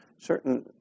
certain